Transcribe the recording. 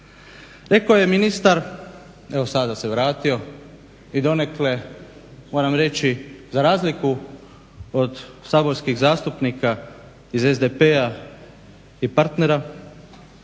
Rekao je ministar, evo sada se vratio i donekle moram reći za razliku od saborskih zastupnika iz SDP-a i partnera